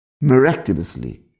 miraculously